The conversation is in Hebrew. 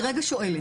אני רגע שואלת,